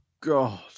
god